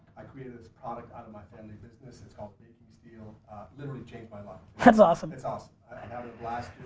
i created this product out of my family business. it's called baking steel, it literally changed my life. that's awesome. it's awesome, i have a blast